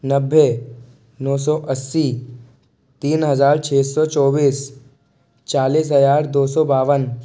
नब्बे नौ सौ अस्सी तीन हजार छः सौ चौबीस चालीस हज़ार दो सौ बावन